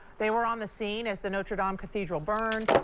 they were on the scene as the notre dom cathedral burned.